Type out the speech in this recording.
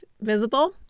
visible